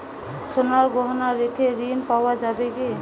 সোনার গহনা রেখে ঋণ পাওয়া যাবে কি?